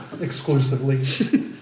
exclusively